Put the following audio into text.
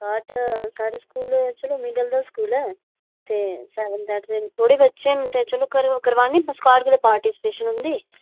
स्काट सरकारी स्कूलें ते चलो मिडिल स्कूलें ते थोह्ड़े बच्चे न ते चलो करानी स्काट कोला प्रैक्टिस